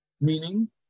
Meaning